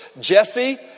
Jesse